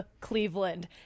Cleveland